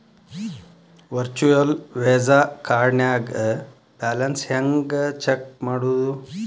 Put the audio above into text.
Virtual Visa ಕಾರ್ಡ್ನ್ಯಾಗ balance ಹೆಂಗ check ಮಾಡುದು?